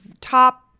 top